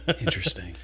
Interesting